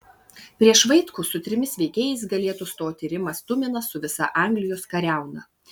prieš vaitkų su trimis veikėjais galėtų stoti rimas tuminas su visa anglijos kariauna